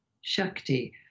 shakti